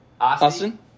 Austin